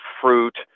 fruit